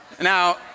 Now